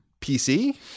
PC